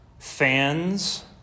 Fans